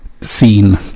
scene